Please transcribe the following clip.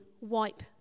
wipe